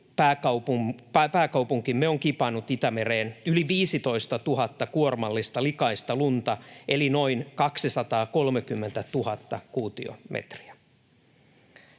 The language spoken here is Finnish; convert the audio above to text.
pääkaupunkimme on kipannut Itämereen yli 15 000 kuormallista likaista lunta eli noin 230 000 kuutiometriä.